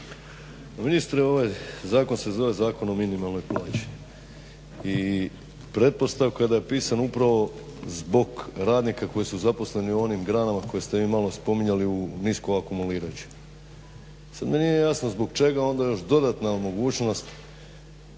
Ministre ovaj zakon se zove Zakon o minimalnoj plaći i pretpostavka da je pisan upravo zbog radnika koji su zaposleni u onim granama koje ste vi malo spominjali u nisko akumulirajuće. Sada mi nije jasno zbog čega onda još dodatna mogućnost